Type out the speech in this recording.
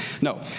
No